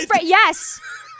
yes